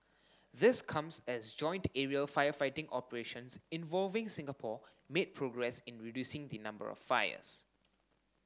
this comes as joint aerial firefighting operations involving Singapore made progress in reducing the number of fires